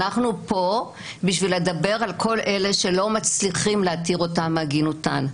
אבל אנחנו פה בשביל לדבר על כל אלה שלא מצליחים להתיר אותן מעגינותן.